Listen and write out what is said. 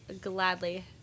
gladly